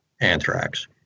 anthrax